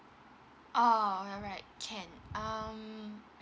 oh you're right can um